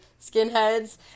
skinheads